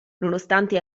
nonostante